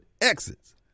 exits